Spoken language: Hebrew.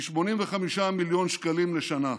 היא 85 מיליון שקלים לשנה.